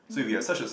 mmhmm